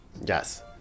Yes